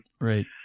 Right